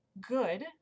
good